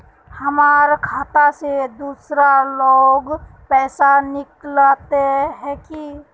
हमर खाता से दूसरा लोग पैसा निकलते है की?